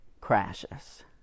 crashes